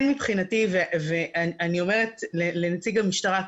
אני אומרת לנציג המשטרה,